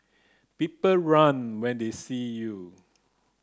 people run when they see you